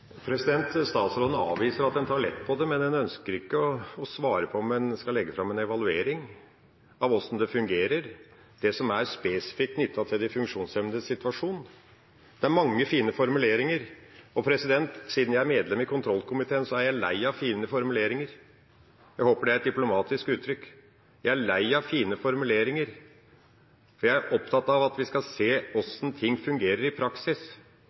svare på om en skal legge fram en evaluering av hvordan det som er spesifikt knyttet til de funksjonshemmedes situasjon, fungerer. Det er mange fine formuleringer. Siden jeg er medlem av kontroll- og konstitusjonskomiteen, er jeg lei av fine formuleringer. Jeg håper det er et diplomatisk uttrykk. Jeg er lei av fine formuleringer, og jeg er opptatt av at vi skal se hvordan ting fungerer i praksis.